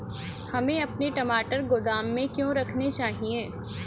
हमें अपने टमाटर गोदाम में क्यों रखने चाहिए?